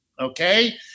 okay